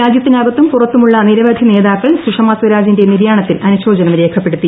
രാജ്യത്തിനകത്തും പുറത്തുമുള്ള നിരവധി നേതാക്കൾ സുഷമാസ്വരാജിന്റെ നിര്യാണത്തിൽ അനുശോചനം രേഖപ്പെടുത്തി